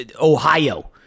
Ohio